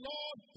Lord